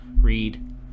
Read